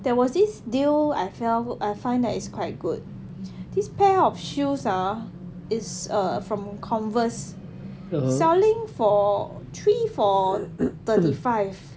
there was this deal I felt I find that is quite good this pair of shoes ah is err from converse selling for three for thirty five